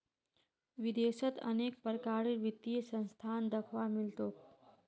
विदेशत अनेक प्रकारेर वित्तीय संस्थान दख्वा मिल तोक